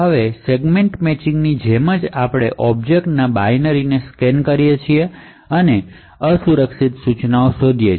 હવે સેગમેન્ટ મેચિંગની જેમ જ આપણે ઑબ્જેક્ટના બાઈનરીને સ્કેન કરીએ છીએ અને અસુરક્ષિત ઇન્સટ્રકશનશ શોધીશું